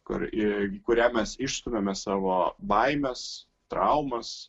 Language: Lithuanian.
kur į kurią mes išstumiame savo baimes traumas